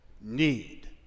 need